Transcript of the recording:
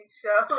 show